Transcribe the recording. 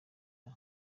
raa